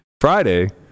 Friday